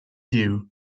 view